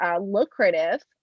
lucrative